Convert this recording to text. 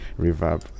reverb